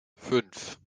fünf